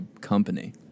company